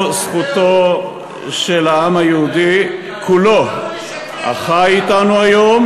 אין זו זכותו של העם היהודי כולו, החי אתנו היום,